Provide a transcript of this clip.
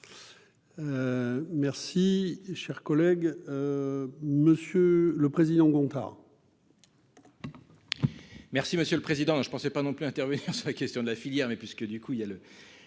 Merci, cher collègue, monsieur le président Gontard. Merci monsieur le président, je ne pensais pas non plus intervenir sur la question de la filière, mais puisque du coup, il y a le